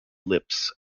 lips